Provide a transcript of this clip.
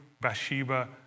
Bathsheba